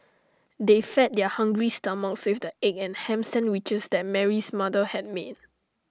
they fed their hungry stomachs egg and Ham Sandwiches that Mary's mother have made